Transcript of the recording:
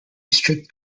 restrict